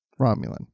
Romulan